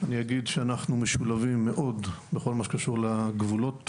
אני אגיד שאנחנו משולבים מאוד בכל מה שקשור לגבולות,